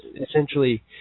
essentially